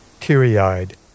teary-eyed